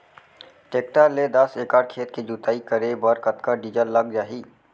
Tractor ले दस एकड़ खेत के जुताई करे बर कतका डीजल लग जाही?